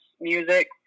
music